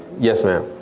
yes ma'am?